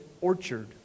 Orchard